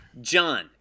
John